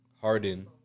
Harden